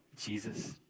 Jesus